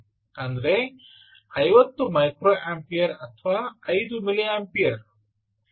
ಅಂದರೆ 50 ಮೈಕ್ರೊಅಂಪಿಯರ್ ಅಥವಾ 5 ಮಿಲಿಯಂಪೇರ್